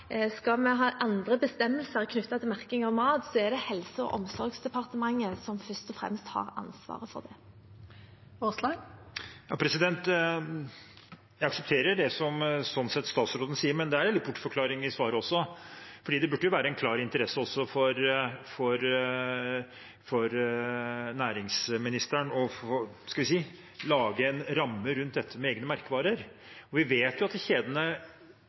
omsorgsdepartementet som først og fremst har ansvaret for det. Jeg aksepterer det statsråden sier, men det er en liten bortforklaring i svaret også, for det burde jo være en klar interesse også for næringsministeren å få laget en ramme rundt dette med egne merkevarer. Vi vet at kjedene